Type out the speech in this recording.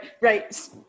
Right